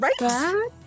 right